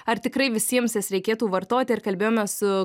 ar tikrai visiems jas reikėtų vartoti ir kalbėjome su